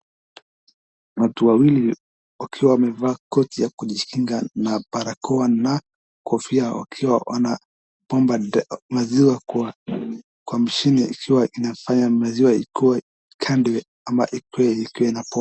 Watu wawili ambao wamevaa koti za kujikinga na barakoa.